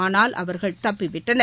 ஆனால் அவர்கள் தப்பி விட்டனர்